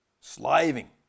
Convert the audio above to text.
slaving